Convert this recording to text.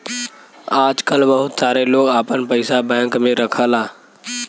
आजकल बहुत सारे लोग आपन पइसा बैंक में रखला